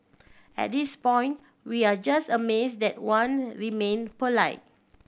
at this point we are just amazed that Wan remained polite